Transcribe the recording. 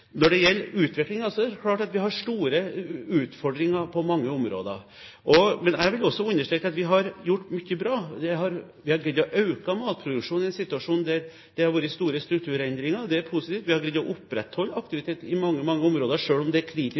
Når det gjelder utviklingen, er det klart at vi har store utfordringer på mange områder. Men jeg vil også understreke at vi har gjort mye bra. Vi har greid å øke matproduksjonen i en situasjon der det har vært store strukturendringer. Det er positivt. Vi har greid å opprettholde aktivitet i mange, mange områder selv om det er kritisk